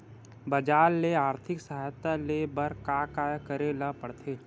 बजार ले आर्थिक सहायता ले बर का का करे ल पड़थे?